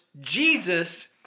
Jesus